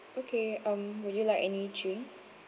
okay um would you like any drinks